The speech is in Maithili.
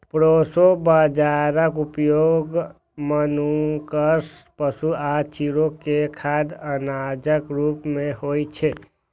प्रोसो बाजाराक उपयोग मनुक्ख, पशु आ चिड़ै के खाद्य अनाजक रूप मे होइ छै